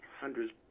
hundreds